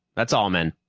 that's all, men.